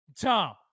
Tom